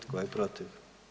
Tko je protiv?